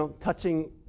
touching